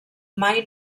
mai